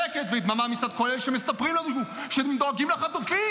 שקט ודממה מצד כל אלה שמספרים לנו שהם דואגים לחטופים,